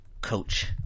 coach